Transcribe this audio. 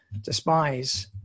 despise